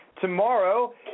tomorrow